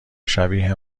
شبیه